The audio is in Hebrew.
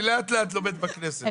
אני לאט לאט לומד בכנסת,